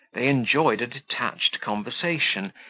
they enjoyed a detached conversation,